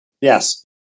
Yes